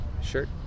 shirt